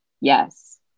yes